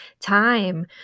time